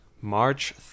March